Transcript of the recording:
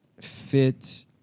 fit